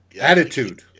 Attitude